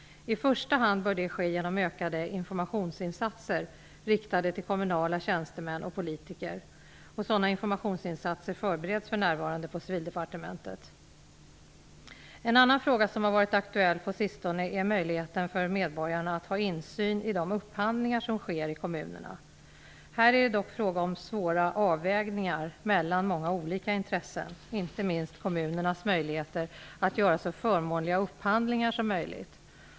I första hand bör detta ske genom ökade informationsinsatser riktade till kommunala tjänstemän och politiker. Sådana informationsinsatser förbereds för närvarande på En annan fråga som har varit aktuell på sistone är möjligheten för medborgarna att ha insyn i de upphandlingar som sker i kommunerna. Här är det dock fråga om svåra avvägningar mellan många olika intressen, inte minst kommunernas möjligheter att göra så förmånliga upphandlingar som möjligt.